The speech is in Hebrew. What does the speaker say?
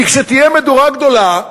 כי כשתהיה מדורה גדולה,